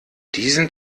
diesem